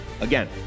Again